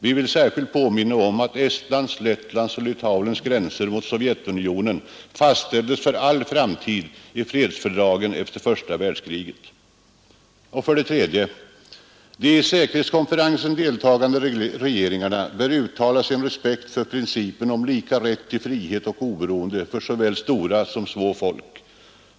Vi vill särskilt påminna om att Estlands, Lettlands och Litauens gränser mot Sovjetunionen fastställdes för all framtid i fredsfördragen efter första världskriget. 3. De i säkerhetskonferensen deltagande regeringarna bör uttala sin respekt för principen om lika rätt till frihet och oberoende för såväl stora som små folk.